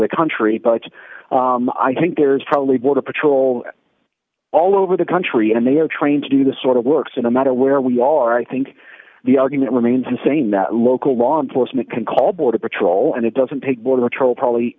the country but i think there's probably border patrol all over the country and they are trained to do the sort of works in a matter where we are i think the argument remains the same that local law enforcement can call border patrol and it doesn't take border patrol probably